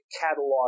catalog